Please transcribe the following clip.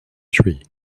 three